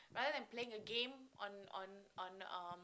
rather than playing a game on on on uh